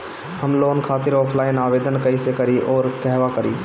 हम लोन खातिर ऑफलाइन आवेदन कइसे करि अउर कहवा करी?